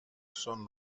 són